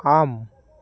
ஆம்